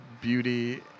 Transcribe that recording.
beauty